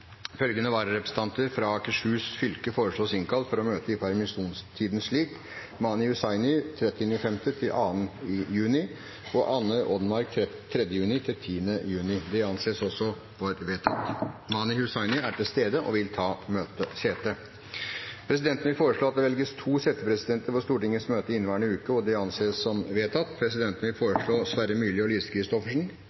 Følgende vararepresentanter for Akershus fylke innkalles for å møte i permisjonstiden slik: Mani Hussaini 30. mai–02. juni Anne Odenmarck 3. juni–10. juni Mani Hussaini er til stede og vil ta sete. Presidenten vil foreslå at det velges to settepresidenter for Stortingets møter i inneværende uke. – Det anses vedtatt. Presidenten vil foreslå Sverre Myrli og Lise Christoffersen. – Andre forslag foreligger ikke, og Sverre Myrli og Lise Christoffersen anses enstemmig valgt som settepresidenter for